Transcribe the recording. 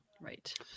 Right